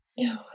No